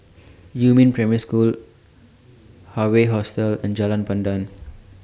Yumin Primary School Hawaii Hostel and Jalan Pandan